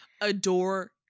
Adore